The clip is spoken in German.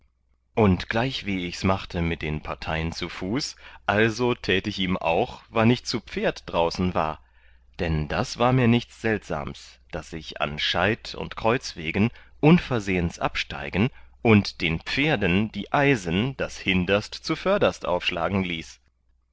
und gleichwie ichs machte mit den parteien zu fuß also tät ich ihm auch wann ich zu pferd draußen war dann das war mir nichts seltsams daß ich an scheid und kreuzwegen unversehens absteigen und den pferden die eisen das hinderst zu vörderst aufschlagen ließ